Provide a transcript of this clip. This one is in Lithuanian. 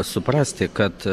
suprasti kad